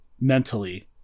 mentally